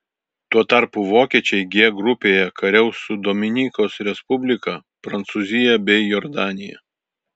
tuo tarpu vokiečiai g grupėje kariaus su dominikos respublika prancūzija bei jordanija